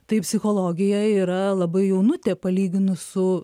tai psichologija yra labai jaunutė palyginus su